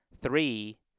three